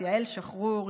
יעל שחרור,